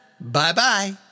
Bye-bye